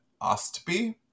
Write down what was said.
Ostby